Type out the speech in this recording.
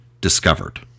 discovered